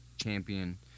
champion